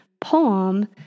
poem